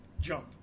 jump